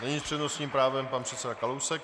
Nyní s přednostním právem pan předseda Kalousek.